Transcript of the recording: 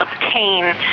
obtain